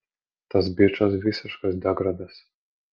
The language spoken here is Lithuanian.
tas bičas visiškas degradas